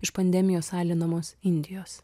iš pandemijos alinamos indijos